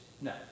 no